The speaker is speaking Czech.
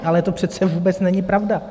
Ale to přece vůbec není pravda.